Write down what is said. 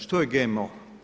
Što je GMO?